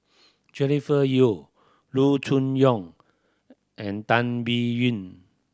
Jennifer Yeo Loo Choon Yong and Tan Biyun